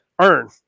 earn